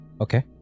Okay